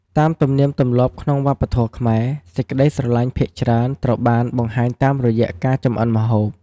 តាមទំនៀមទម្លាប់ក្នុងវប្បធម៌ខ្មែរ សេចក្ដីស្រលាញ់ភាគច្រើនត្រូវបានបង្ហាញតាមរយៈការចម្អិនម្ហូប។